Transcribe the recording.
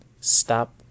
stop